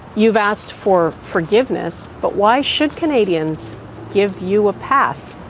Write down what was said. you've asked for forgiveness. but why should canadians give you a pass.